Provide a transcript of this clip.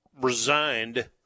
resigned